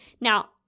Now